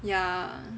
yeah